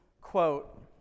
quote